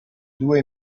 due